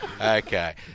Okay